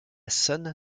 sonne